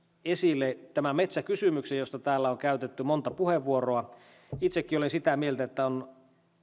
esille tämän metsäkysymyksen josta täällä on käytetty monta puheenvuoroa itsekin olen sitä mieltä että on